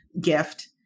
gift